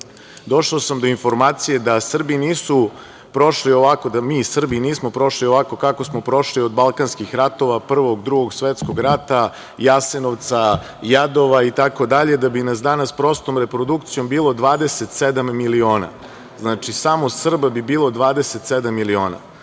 nisu prošli ovako, da mi Srbi nismo prošli ovako kako smo prošli od Balkanskih ratova, pa do Prvog, Drugog svetskog rata, Jasenovca, Jadova i tako dalje, da bi nas danas prostom reprodukcijom bilo 27 miliona. Znači, samo Srba bi bilo 27 miliona.